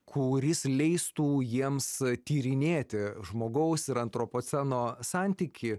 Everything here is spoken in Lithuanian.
kuris leistų jiems tyrinėti žmogaus ir antropoceno santykį